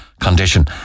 condition